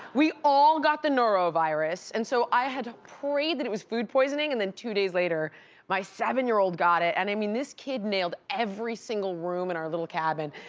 we all got the norovirus, and so i had to pray that it was food poisoning, and then two days later my seven year old got it. and i mean, this kid nailed every single room in our little cabin.